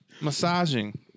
massaging